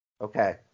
Okay